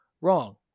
wrong